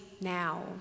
now